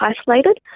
isolated